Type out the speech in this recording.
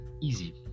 easy